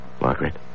Margaret